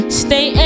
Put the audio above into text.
stay